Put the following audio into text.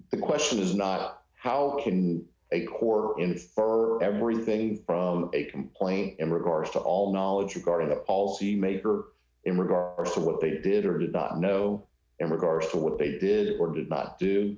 the question is not how can a quarter in far everything from a complaint in regards to all knowledge regarding the all the major in regard to what they did or did not know in regard to what they did or did not do